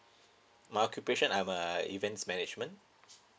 my occupation I'm a events management